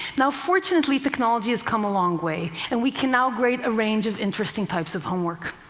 now, fortunately, technology has come a long way, and we can now grade a range of interesting types of homework.